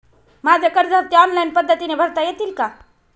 माझे कर्ज हफ्ते ऑनलाईन पद्धतीने भरता येतील का?